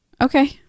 Okay